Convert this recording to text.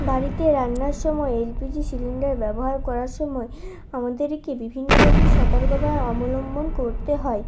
বাড়িতে রান্নার সময় এলপিজি সিলিন্ডার ব্যবহার করার সময় আমাদেরকে বিভিন্ন প্রকার সতর্কতার অবলম্বন করতে হয়